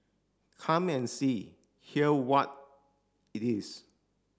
come and see hear what it is